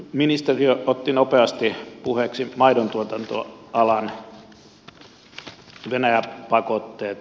ministeriö otti nopeasti puheeksi maidontuotantoalan ja venäjä pakotteet